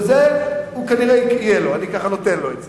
זה כנראה יהיה לו, אני ככה נותן לו את זה.